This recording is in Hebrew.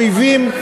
אויבים,